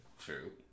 true